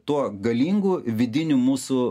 tuo galingu vidiniu mūsų